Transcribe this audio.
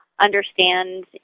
understand